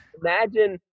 Imagine